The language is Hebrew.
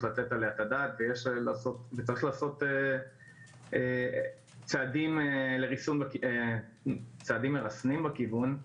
לתת עליה את הדעת וצריך לעשות צעדים מרסנים בכיוון,